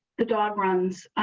the dog runs